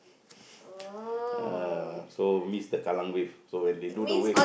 ah so miss the Kallang Wave so when they do the wave